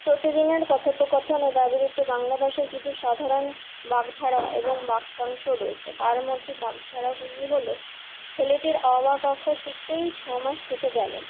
প্রতিদিনের কথোপকথনে ব্যবহৃত বাংলা ভাষার কিছু সাধারণ বাগধারা এবং বাক্যাংশ রয়েছে তার মধ্যে বাগধারাগুলি হলো ছেলেটির অ আ ক খ শিখতেই ছ মাস কেটে গেলো